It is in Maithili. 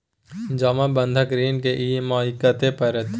जमा बंधक ऋण के ई.एम.आई कत्ते परतै?